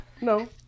No